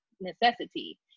necessity